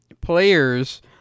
players